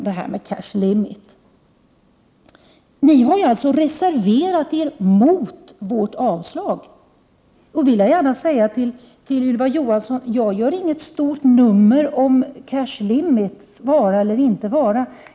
Sedan har ni ju, Ann-Cathrine Haglund, när det gäller cash limit reserverat er mot vårt avslagsyrkande. Jag vill gärna säga till Ylva Johansson att jag inte gör något stort nummer av cash limit, dess vara eller inte vara.